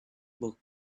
book